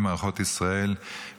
משפחותיהם